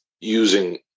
using